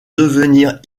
devenir